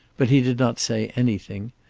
but he did not say anything,